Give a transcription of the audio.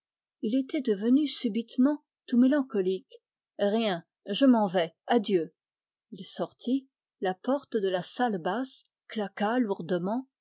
il était devenu subitement tout mélancolique rien je m'en vais adieu il sortit la porte de la salle basse